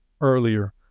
earlier